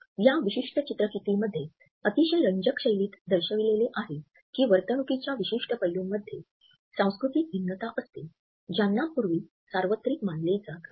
या विशिष्ट चित्रफितीमध्ये अतिशय रंजक शैलीत दर्शविलेले आहे की वर्तणुकीच्या विशिष्ट पैलूंमध्ये सांस्कृतिक भिन्नता असते ज्यांना पूर्वी सार्वत्रिक मानले जात असे